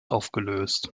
aufgelöst